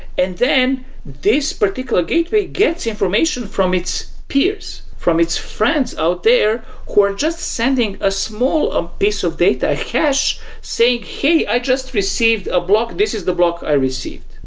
and then this particular gateway gets information from its peers, from its friends out there who are just sending a small ah piece of data, a cache, saying, hey, i just received a block. this is the block i received.